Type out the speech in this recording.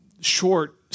short